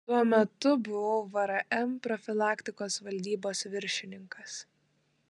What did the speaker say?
tuo metu buvau vrm profilaktikos valdybos viršininkas